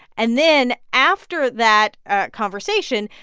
and then after that conversation,